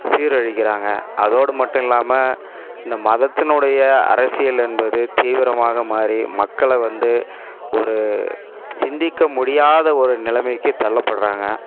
சீரழிக்கிறாங்க அதோடு மட்டும் இல்லாமல் இந்த மதத்தினுடைய அரசியல் என்பது தீவிரமாக மாறி மக்களை வந்து ஒரு சிந்திக்க முடியாத ஒரு நிலமைக்கு தள்ளப்படுகிறாங்க